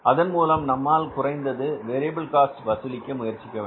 அதன்மூலம் நம்மால் குறைந்தது வேரியபில் காஸ்ட் வசூலிக்க முயற்சிக்க வேண்டும்